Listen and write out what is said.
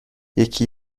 یکی